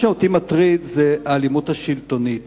מה שמטריד אותי זאת אלימות שלטונית.